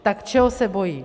Tak čeho se bojí?